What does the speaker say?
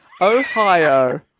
Ohio